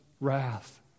wrath